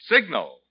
Signal